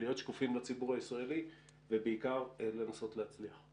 להיות שקופים לציבור הישראלי ובעיקר לנסות להצליח.